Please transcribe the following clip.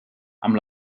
amb